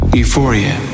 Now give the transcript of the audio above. euphoria